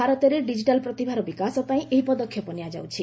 ଭାରତରେ ଡିକିଟାଲ୍ ପ୍ରତିଭାର ବିକାଶ ପାଇଁ ଏହି ପଦକ୍ଷେପ ନିଆଯାଉଛି